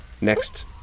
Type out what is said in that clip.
next